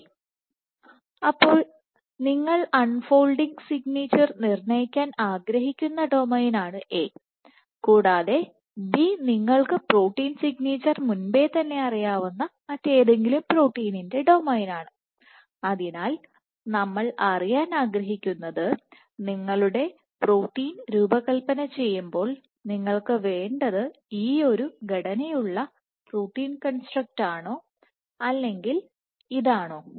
ശരി അപ്പോൾ നിങ്ങൾ അൺ ഫോൾഡിങ് സിഗ്നേച്ചർ നിർണ്ണയിക്കാൻ ആഗ്രഹിക്കുന്ന ഡൊമെയ്നാണ് എ Domain A കൂടാതെ B നിങ്ങൾക്ക്പ്രോട്ടീൻ സിഗ്നേച്ചർ മുൻപേ തന്നെ അറിയാവുന്ന മറ്റേതെങ്കിലും പ്രോട്ടീന്റെ ഡൊമെയ്നാണ് അതിനാൽ നമ്മൾ അറിയാൻ ആഗ്രഹിക്കുന്നത് നിങ്ങളുടെ പ്രോട്ടീൻ രൂപകൽപ്പനചെയ്യുമ്പോൾ നിങ്ങൾക്ക് വേണ്ടത്ഈയൊരു ഒരു ഘടനയുള്ള ഉള്ള ഒരു പ്രോട്ടീൻ കൺസ്ട്രക്ടറ്റ് ആണോ അല്ലെങ്കിൽ ഇതാണോ